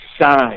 sign